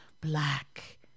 black